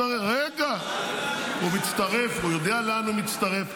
הוא יודע לאן הוא מצטרף,